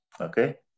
okay